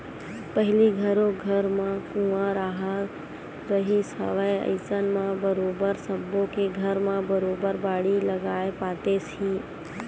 पहिली घरो घर कुँआ राहत रिहिस हवय अइसन म बरोबर सब्बो के घर म बरोबर बाड़ी लगाए पातेस ही